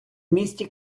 місті